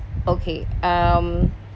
okay um